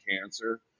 cancer